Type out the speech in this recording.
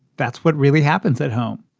that's what really happens at home,